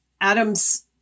Adams